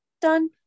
done